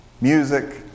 music